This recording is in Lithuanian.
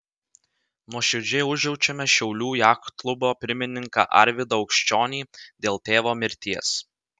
nuoširdžiai užjaučiame šiaulių jachtklubo pirmininką arvydą aukščionį dėl tėvo mirties